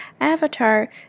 avatar